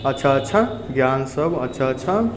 अच्छा अच्छा ज्ञानसब अच्छा अच्छा